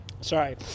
sorry